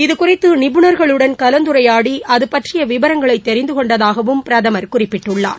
இது குறித்துறிபுணர்களுடன் கலந்துரையாடிஅதுபற்றியவிவரங்களைதெிந்துகொண்டதாகவும் பிரதமர் குறிப்பிட்டுள்ளார்